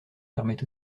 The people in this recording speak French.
permet